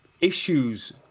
issues